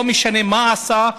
לא משנה מה עשה,